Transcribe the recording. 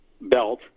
belt